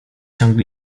ciągle